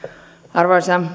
arvoisa